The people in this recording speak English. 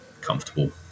comfortable